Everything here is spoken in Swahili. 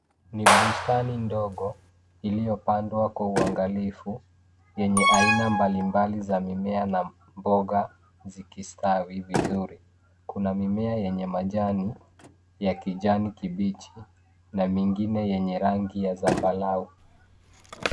Ni bustani ndogo iliyopandwa kwa uangalifu yenye aina mbalimbali za mia minea na mboga zikistawi vizuri na kuna mimea ya kijani ya kibichi na mingine yenye rangi ya zambarau.